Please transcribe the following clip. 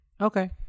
Okay